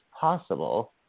possible